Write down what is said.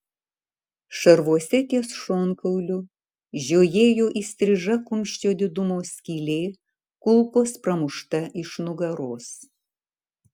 šarvuose ties šonkauliu žiojėjo įstriža kumščio didumo skylė kulkos pramušta iš nugaros